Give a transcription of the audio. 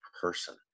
person